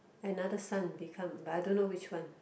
another son become but I don't know which one